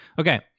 Okay